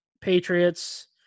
Patriots